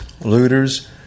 looters